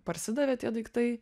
parsidavė tie daiktai